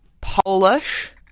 Polish